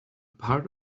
part